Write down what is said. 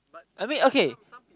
but I mean okay